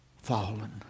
fallen